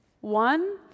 One